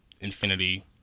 Infinity